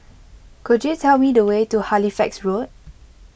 could you tell me the way to Halifax Road